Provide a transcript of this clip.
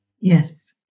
Yes